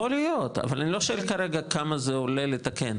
יכול להיות אבל אני לא שואל כרגע כמה זה עולה לתקן.